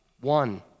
one